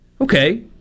Okay